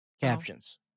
captions